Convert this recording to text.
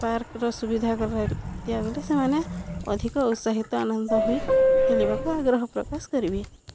ପାର୍କର ସୁବିଧା ଦିଆଗଲେ ସେମାନେ ଅଧିକ ଉତ୍ସାହିତ ଆନନ୍ଦ ହୋଇ ଖେଳିବାକୁ ଆଗ୍ରହ ପ୍ରକାଶ କରିବେ